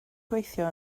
gweithio